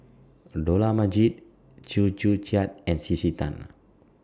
Dollah Majid Chew Joo Chiat and C C Tan